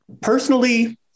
Personally